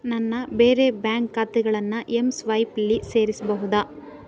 ನನ್ನ ಬೇರೆ ಬ್ಯಾಂಕ್ ಖಾತೆಗಳನ್ನು ಎಂಸ್ವೈಪ್ಲಿ ಸೇರಿಸಬಹುದಾ